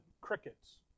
Crickets